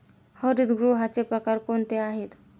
हरितगृहाचे प्रकार कोणते आहेत?